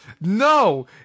No